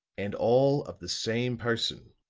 and all of the same person.